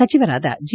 ಸಚಿವರಾದ ಜಿ